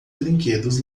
brinquedos